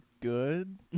good